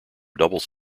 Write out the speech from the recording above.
doubles